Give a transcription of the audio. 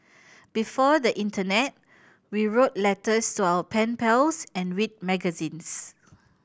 before the Internet we wrote letter so our pen pals and read magazines